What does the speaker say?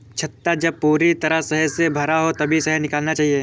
छत्ता जब पूरी तरह शहद से भरा हो तभी शहद निकालना चाहिए